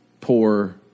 poor